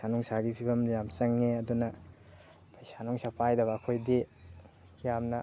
ꯄꯩꯁꯥ ꯅꯨꯡꯁꯥꯒꯤ ꯐꯤꯕꯝ ꯌꯥꯝ ꯆꯪꯉꯤ ꯑꯗꯨꯅ ꯄꯩꯁꯥ ꯅꯨꯡꯁꯥ ꯄꯥꯏꯗꯕ ꯑꯩꯈꯣꯏꯗꯤ ꯌꯥꯝꯅ